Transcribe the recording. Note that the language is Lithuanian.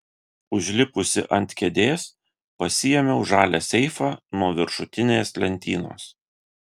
užlipusi ant kėdės pasiėmiau žalią seifą nuo viršutinės lentynos